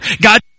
God